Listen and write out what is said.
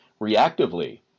reactively